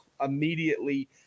immediately